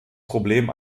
problem